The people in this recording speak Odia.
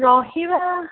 ରହିବା